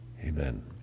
Amen